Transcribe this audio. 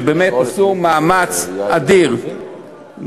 שבאמת עשו מאמץ אדיר,